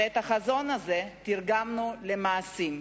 ואת החזון הזה תרגמנו למעשים.